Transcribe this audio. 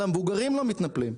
על המבוגרים לא מתנפלים.